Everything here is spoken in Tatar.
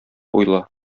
уйла